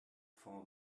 for